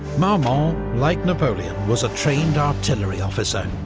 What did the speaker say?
marmont, like napoleon, was a trained artillery officer,